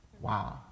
Wow